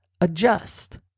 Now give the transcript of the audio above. adjust